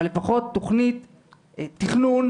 אבל לפחות תכנית תכנון,